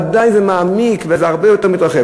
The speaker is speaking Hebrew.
ודאי זה מעמיק וזה הרבה יותר מתרחב.